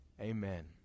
Amen